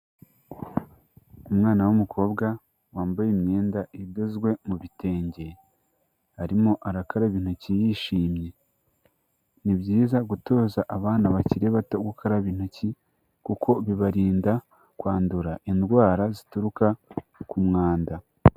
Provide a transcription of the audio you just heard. Umwana w'umukobwa wambaye imyenda idozwe mu bitenge, arimo arakaraba intoki yishimye, ni byiza gutoza abana bakiri bato gukaraba intoki kuko bibarinda kwandura indwara zituruka ku mwanda.